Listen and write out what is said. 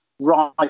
right